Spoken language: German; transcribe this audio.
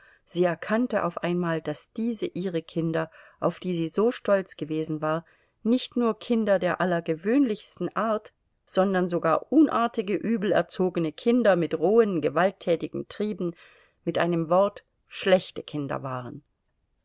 sie erkannte auf einmal daß diese ihre kinder auf die sie so stolz gewesen war nicht nur kinder der allergewöhnlichsten art sondern sogar unartige übel erzogene kinder mit rohen gewalttätigen trieben mit einem wort schlechte kinder waren